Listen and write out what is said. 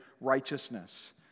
righteousness